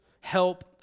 help